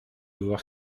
voir